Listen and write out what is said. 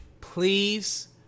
please